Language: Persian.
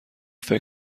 فکر